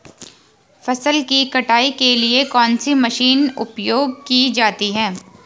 फसल की कटाई के लिए कौन सी मशीन उपयोग की जाती है?